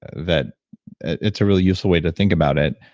that it's a really useful way to think about it,